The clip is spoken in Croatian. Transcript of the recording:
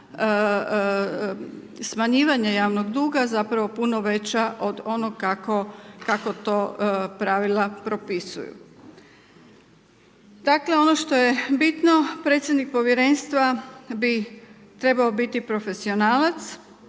smanjivanja javnog duga zapravo puno veća od onoga kako to pravila propisuju. Dakle ono što je bitno, predsjednik povjerenstva bi trebao biti profesionalac